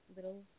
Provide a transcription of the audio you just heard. Little